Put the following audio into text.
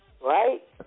Right